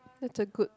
that's a good